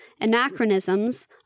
anachronisms